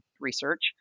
research